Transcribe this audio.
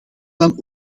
dan